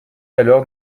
alors